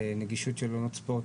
נגישות של אולמות ספורט,